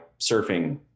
surfing